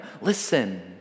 Listen